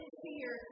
fear